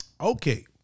Okay